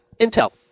Intel